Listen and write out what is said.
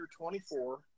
24